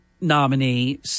nominee